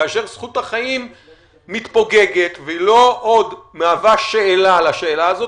כאשר זכות החיים מתפוגגת והיא עוד לא מהווה שאלה לשאלה הזאת,